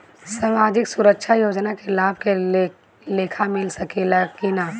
सामाजिक सुरक्षा योजना के लाभ के लेखा मिल सके ला?